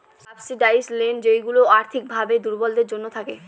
subsidised loan যেইগুলা আর্থিক ভাবে দুর্বলদের জন্য থাকে